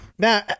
Now